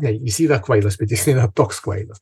ne jis yra kvailas bet jis yra toks kvailas